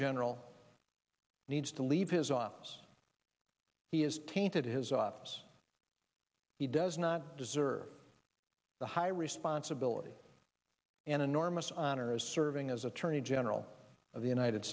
general needs to leave his office he has tainted his office he does not deserve the high responsibility and enormous honor of serving as attorney general of the united